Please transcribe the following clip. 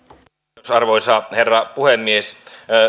arvoisa arvoisa herra puhemies